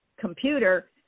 computer